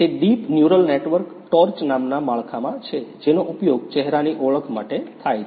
તે deep neural network torch નામના માળખામાં છે જેનો ઉપયોગ ચહેરાના ઓળખ માટે થાય છે